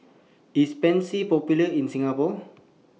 IS Pansy Popular in Singapore